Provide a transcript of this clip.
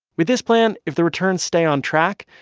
with this plan, if the returns stay on track,